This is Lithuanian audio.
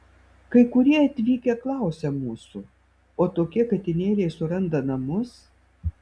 kai kurie atvykę klausia mūsų o tokie katinėliai suranda namus